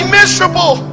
miserable